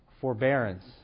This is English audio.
forbearance